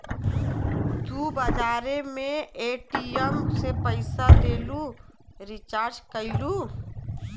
तू बजारे मे ए.टी.एम से पइसा देलू, रीचार्ज कइलू